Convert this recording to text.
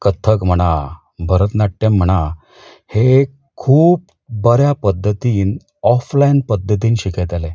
कथ्थक म्हणा भरतनाट्यम म्हणा हें खूब बऱ्या पध्दतीन ऑफलायन पध्दतीन शिकयतालें